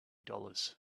dollars